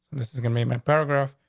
this is gonna be my program.